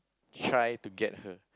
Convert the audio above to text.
try to get her